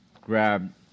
grab